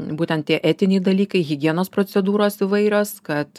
būtent tie etiniai dalykai higienos procedūros įvairios kad